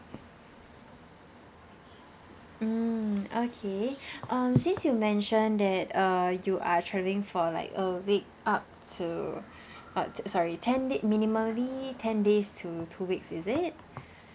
mm okay um since you mentioned that uh you are traveling for like a week up to uh sorry ten day minimally ten days to two weeks is it